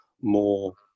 more